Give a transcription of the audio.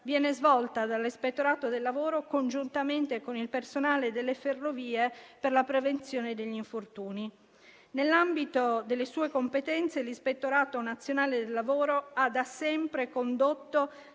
viene svolta dall'Ispettorato del lavoro congiuntamente con il personale delle Ferrovie per la prevenzione degli infortuni. Nell'ambito delle sue competenze l'Ispettorato nazionale del lavoro ha da sempre condotto